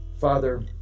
Father